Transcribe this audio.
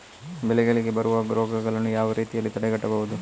ಬೆಳೆಗಳಿಗೆ ಬರುವ ರೋಗಗಳನ್ನು ಯಾವ ರೀತಿಯಲ್ಲಿ ತಡೆಗಟ್ಟಬಹುದು?